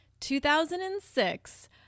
2006